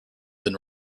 than